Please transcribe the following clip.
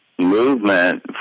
movement